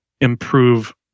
improve